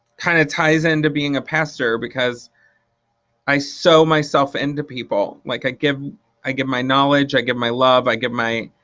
kind of ties into being a pastor because i sew myself into people. like i give i give my knowledge, i give my love, i give my